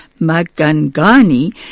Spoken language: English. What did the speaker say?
Magangani